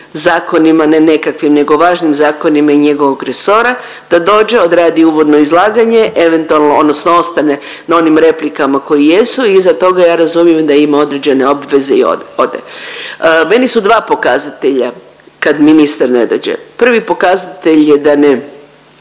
zakonima, ne nekakvim nego važnim zakonima iz njegovog resora da dođe, odradi uvodno izlaganje eventualno odnosno ostane na onim replikama koje jesu i iza toga ja razumijem da ima određene obveze i ode. Meni su dva pokazatelja kad ministar ne dođe. Prvi pokazatelj je da ne